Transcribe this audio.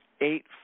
eight